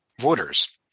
voters